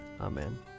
Amen